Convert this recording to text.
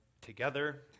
together